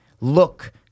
look